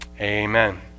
Amen